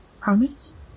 Promise